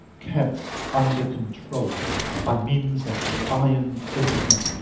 kept under control by means of iron discipline.